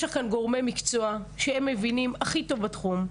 כאן גורמי מקצוע שמבינים הכי טוב בתחום,